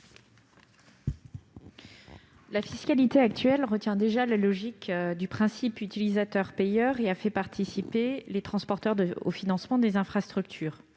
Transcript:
La fiscalité actuelle retient déjà la logique du principe utilisateur-payeur et fait participer les transporteurs au financement des infrastructures.